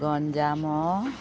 Ganjam